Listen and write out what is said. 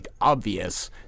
obvious